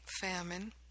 famine